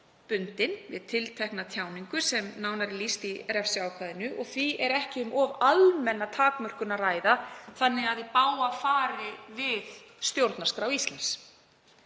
bundin við tiltekna tjáningu sem nánar er lýst í refsiákvæðinu og því er ekki um of almenna takmörkun að ræða þannig að í bága fari við stjórnarskrá Íslands.